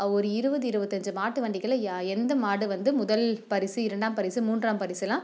ஒரு இருபது இருவத்தஞ்சு மாட்டுவண்டிகளை யா எந்த மாடு வந்து முதல் பரிசு இரண்டாம் பரிசு மூன்றாம் பரிசெலாம்